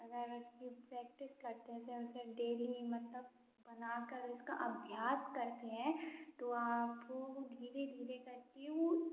अगर उसकी प्रैक्टिस करते हैं जैसे उसे डेली मतलब बना कर उसका अभ्यास करते हैं तो आप धीरे धीरे करके वो